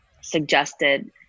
suggested